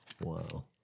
Wow